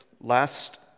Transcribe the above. last